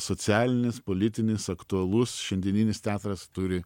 socialinis politinis aktualus šiandieninis teatras turi